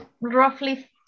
roughly